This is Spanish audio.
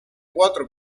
cuatro